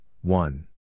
one